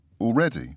already